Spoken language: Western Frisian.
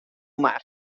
mar